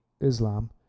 Islam